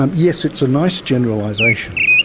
um yes, it's a nice generalisation.